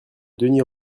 denys